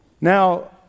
Now